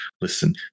listen